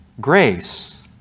grace